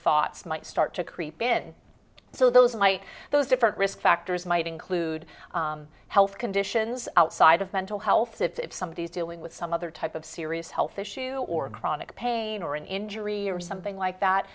thoughts might start to creep in so those might those different risk factors might include health conditions outside of mental health that some of these dealing with some other type of serious health issue or chronic pain or an injury or something like that